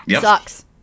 Sucks